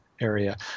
area